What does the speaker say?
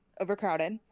overcrowded